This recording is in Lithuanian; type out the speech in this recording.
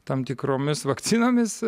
tam tikromis vakcinomis